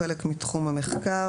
תאגידים לא כפופים לחשב הכללי.